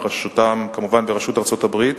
כמובן בראשות ארצות-הברית.